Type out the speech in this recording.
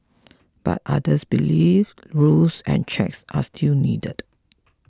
but others believe rules and checks are still needed